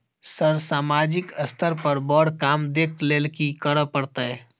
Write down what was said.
Sir सामाजिक स्तर पर बर काम देख लैलकी करऽ परतै?